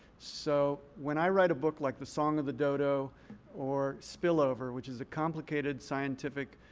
so when i write a book like the song of the dodo or spillover, which is a complicated scientific